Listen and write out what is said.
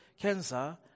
cancer